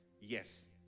Yes